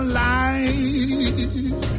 life